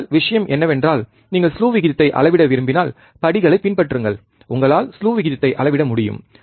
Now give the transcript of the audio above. ஆனால் விஷயம் என்னவென்றால் நீங்கள் ஸ்லூ விகிதத்தை அளவிட விரும்பினால் படிகளைப் பின்பற்றுங்கள் உங்களால் ஸ்லூ விகிதத்தை அளவிட முடியும்